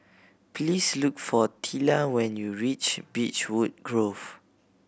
please look for Tilla when you reach Beechwood Grove